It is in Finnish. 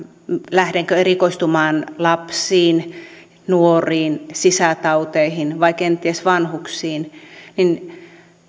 lähdenkö erikoistumaan lapsiin nuoriin sisätauteihin vai kenties vanhuksiin niin